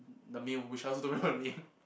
the male which I also don't remember the name